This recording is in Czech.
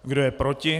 Kdo je proti?